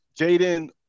Jaden